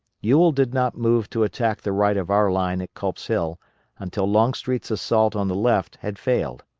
ewell did not move to attack the right of our line at culp's hill until longstreet's assault on the left had failed.